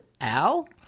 Al